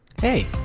Hey